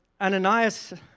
Ananias